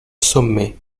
sommets